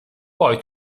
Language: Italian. poi